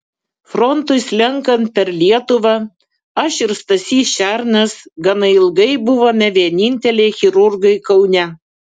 frontui slenkant per lietuvą aš ir stasys šernas gana ilgai buvome vieninteliai chirurgai kaune